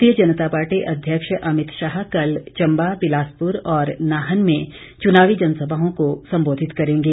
भारतीय जनता पार्टी अध्यक्ष अमित शाह कल चंबा बिलासपुर और नाहन में चुनावी जनसभाओं को संबोधित करेंगे